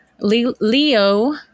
Leo